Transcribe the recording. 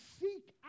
seek